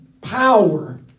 power